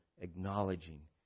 acknowledging